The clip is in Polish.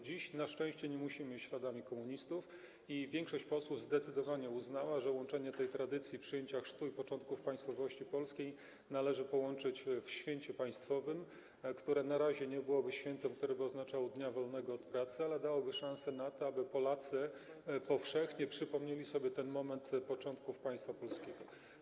Dziś na szczęście nie musimy iść śladami komunistów i większość posłów zdecydowanie uznała, że tradycje przyjęcia chrztu i początków państwowości polskiej należy połączyć w święcie państwowym, które na razie nie byłoby świętem oznaczającym dzień wolny od pracy, ale dałoby szansę na to, aby Polacy powszechnie przypomnieli sobie ten moment początków państwa polskiego.